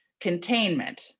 containment